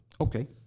okay